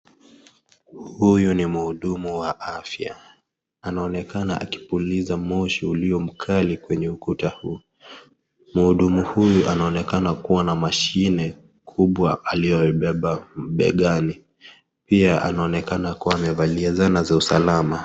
Huyu ni mhudumu wa afya. Anaonekana akipuliza moshi ulio mkali kwenye ukuta huu. Mhudumu huyu anaonekana kuwa mashine kubwa aliyobeba begani, pia amevalia zana za usalama.